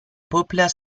popular